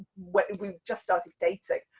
when we just started dating,